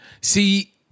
See